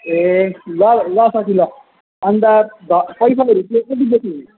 ए ल ल साथी ल अनि ध् सहीसँग